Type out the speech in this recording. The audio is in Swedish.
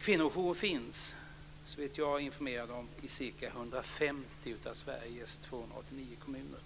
Kvinnojourer finns, såvitt jag är rätt informerad, i ca 150 av Sveriges 289 kommuner.